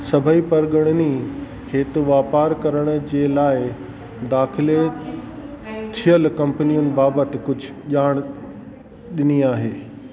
सभई परॻणनि हिते वापारु करण जे लाइ दाखिले थियलु कंपनियुनि बाबति कुझु ॼाण ॾिनी आहे